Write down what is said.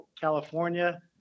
California